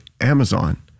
Amazon